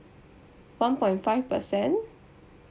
one point five percent